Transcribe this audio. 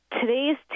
today's